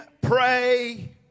pray